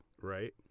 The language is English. Right